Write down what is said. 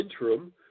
interim